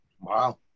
wow